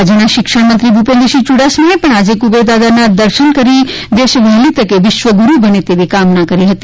રાજ્યના શિક્ષણમંત્રી ભુપેન્દ્રસિંહ ચુડાસમાએ પણ આજે કુબેરદાદાના દર્શન કરી દેશ વહેલી તકે વિશ્વ ગ્રુરુ બને તેવી કામના કરી હતી